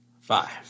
five